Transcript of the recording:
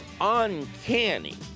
uncanny